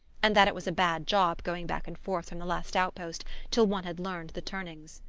and that it was a bad job going back and forth from the last outpost till one had learned the turnings.